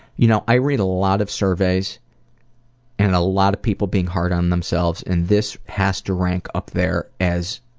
you know, i read a lot of surveys and a lot of people being hard on themselves, and this has to rank up there as